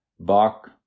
Bach